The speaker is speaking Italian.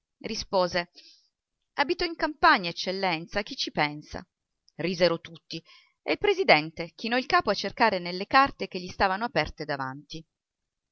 rispose abito in campagna eccellenza chi ci pensa risero tutti e il presidente chinò il capo a cercare nelle carte che gli stavano aperte davanti